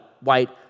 white